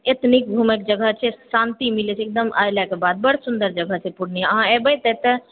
अत्ते नीक घुमयके जगह छै शान्ति मिलै छै एकदम अयलाके बाद बड्ड सुन्दर जगह छै पूर्णियाँ अहाँ अबए एतए तऽ